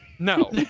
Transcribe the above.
No